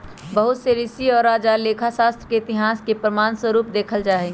बहुत से ऋषि और राजा लेखा शास्त्र के इतिहास के प्रमाण स्वरूप देखल जाहई